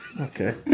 Okay